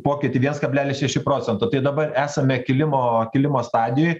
pokytį viens kablelis šeši procento tai dabar esame kilimo kilimo stadijoj